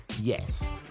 Yes